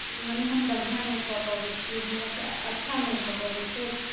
मने हम बढ़िऑं नहि कऽ पबै छी हमरा सऽ अच्छा नहि भऽ पबै छै